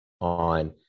on